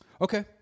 Okay